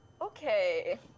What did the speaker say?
Okay